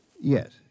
Yes